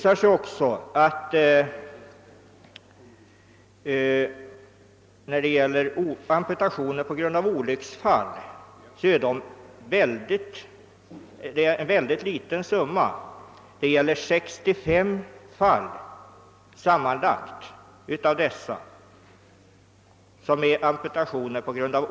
Antalet amputationer på grund av olycksfall är litet — det gäller sammanlagt 65 fall.